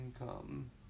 income